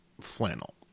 flannel